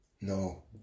no